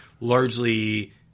largely